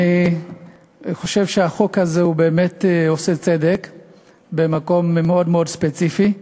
אני חושב שהחוק הזה באמת עושה צדק במקום מאוד מאוד ספציפי.